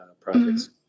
projects